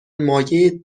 مایع